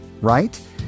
right